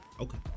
Okay